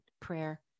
prayer